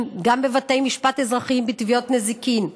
גם בבתי משפט אזרחיים בתביעות נזיקין,